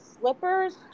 slippers